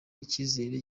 icyizere